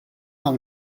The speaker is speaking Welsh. awn